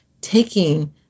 taking